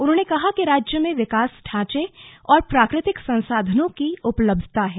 उन्होंने कहा कि राज्य में विकास ढांचे और प्राकृतिक संसाधनों की उपलब्धता है